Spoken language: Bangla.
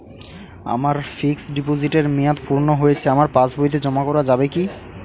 আমার ফিক্সট ডিপোজিটের মেয়াদ পূর্ণ হয়েছে আমার পাস বইতে জমা করা যাবে কি?